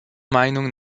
meinung